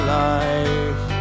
life